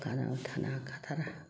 फांखा नङाब्ला थानो हाखाथारा